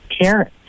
carrots